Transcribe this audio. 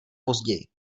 později